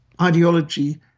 ideology